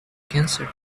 cancer